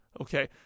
Okay